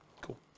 Cool